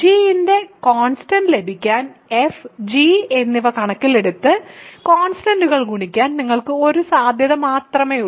g ന്റെ constant ലഭിക്കാൻ f g എന്നിവ കണക്കിലെടുത്ത് കോൺസ്റ്റന്റ് ഗുണിക്കാൻ നിങ്ങൾക്ക് ഒരു സാധ്യത മാത്രമേയുള്ളൂ